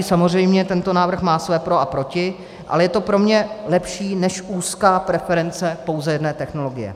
Samozřejmě každý tento návrh má své pro a proti, ale je to pro mě lepší než úzká preference pouze jedné technologie.